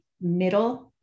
middle